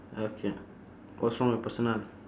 okay what's wrong with personal